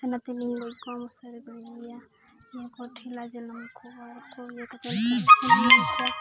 ᱥᱮᱱ ᱠᱟᱛᱮᱞᱤᱧ ᱜᱚᱡ ᱠᱚᱣᱟ ᱢᱚᱥᱟᱨᱤ ᱛᱮ ᱱᱤᱭᱟᱹ ᱠᱚ ᱴᱷᱮᱞᱟ ᱡᱟᱞᱟᱢ ᱠᱚ